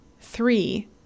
Three